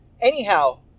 Anyhow